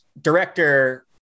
director